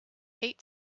hate